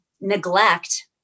neglect